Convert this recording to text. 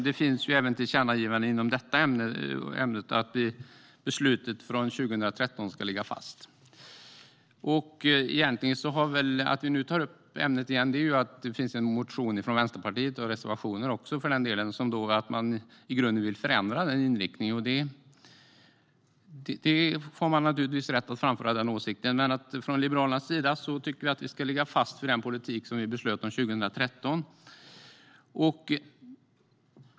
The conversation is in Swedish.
Det finns även ett tillkännagivande inom detta område om att beslutet från 2013 ska ligga fast. Att vi tar upp ämnet igen beror på att det finns en motion och även reservationer från Vänsterpartiet om att man vill förändra denna inriktning. Man har givetvis rätt att framföra denna åsikt, men Liberalerna tycker att vi ska ligga fast vid den politik som beslutades 2013.